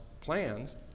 plans